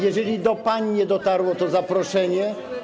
Jeśli do pań nie dotarło to zaproszenie.